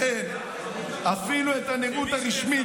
אפילו את הנראות הרשמית,